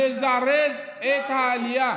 אני קורא כאן לכולם לזרז את העלייה.